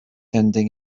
ending